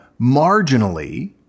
marginally